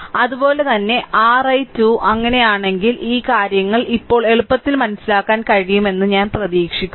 അതിനാൽ അതുപോലെ തന്നെ ri 2 അങ്ങനെയാണെങ്കിൽ ഈ കാര്യങ്ങൾ ഇപ്പോൾ എളുപ്പത്തിൽ മനസ്സിലാക്കാൻ കഴിയുമെന്ന് ഞാൻ പ്രതീക്ഷിക്കുന്നു